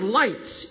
lights